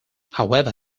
however